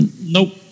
Nope